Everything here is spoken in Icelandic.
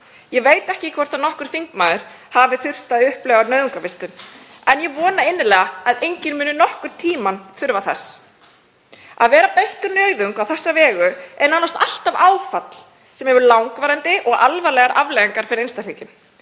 Ég veit ekki hvort nokkur þingmaður hefur þurft að upplifa nauðungarvistun en ég vona innilega að enginn muni nokkurn tímann þurfa þess. Að vera beittur nauðung á þennan máta er nánast alltaf áfall sem hefur langvarandi og alvarlegar afleiðingar fyrir einstaklinginn.